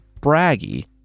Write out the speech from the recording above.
braggy